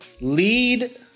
lead